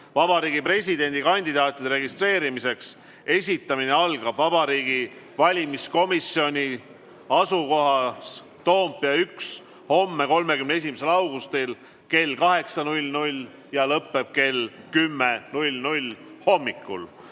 Vabariigi Presidendi kandidaatide registreerimiseks esitamine algab Vabariigi Valimiskomisjoni asukohas (Toompea 1) homme, 31. augustil kell 8 ja lõpeb kell 10 hommikul.